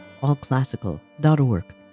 allclassical.org